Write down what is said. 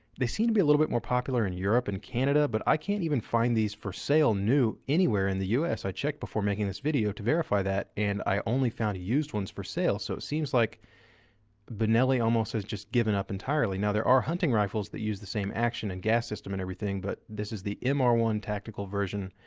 they seem to be a little bit more popular in europe and canada, but i can't even find these for sale new anywhere in the u s. i checked before making this video to verify that, and i only found used ones for sale. so, it seems like benelli almost has just given up entirely. now, there are hunting rifles that use the same action and gas system and everything, but this is the m r one tactical version,